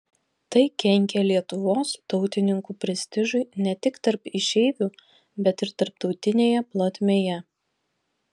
tai kenkė lietuvos tautininkų prestižui ne tik tarp išeivių bet ir tarptautinėje plotmėje